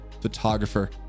photographer